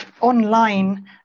online